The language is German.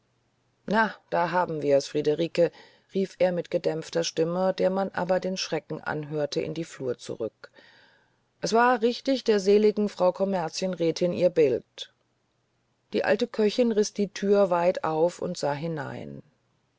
na da haben wir's friederike rief er mit gedämpfter stimme der man aber den schrecken anhörte in die flur zurück es war richtig der sel'gen frau kommerzienrätin ihr bild die alte köchin riß die thür weit auf und sah herein